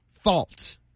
fault